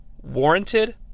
warranted